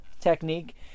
technique